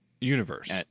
Universe